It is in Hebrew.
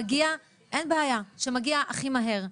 שמגיע הכי מהר.